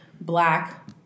black